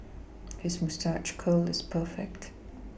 his moustache curl is perfect